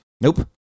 Nope